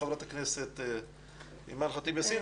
חברת הכנסת אימאן ח'טיב יאסין,